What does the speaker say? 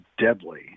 deadly